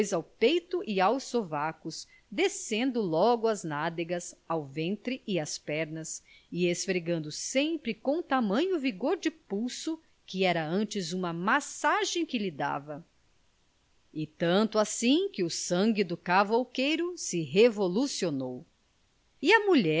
ao peito e aos sovacos descendo logo às nádegas ao ventre e às pernas e esfregando sempre com tamanho vigor de pulso que era antes uma massagem que lhe dava e tanto assim que o sangue do cavouqueiro se revolucionou e a